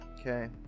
Okay